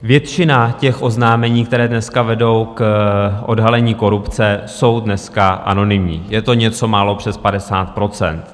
Většina oznámení, která vedou k odhalení korupce, jsou dneska anonymní, je to něco málo přes 50 %.